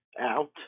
out